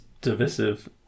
divisive